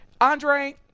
Andre